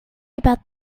about